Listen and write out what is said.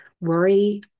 Worry